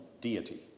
deity